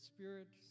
Spirit